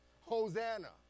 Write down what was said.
Hosanna